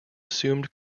assumed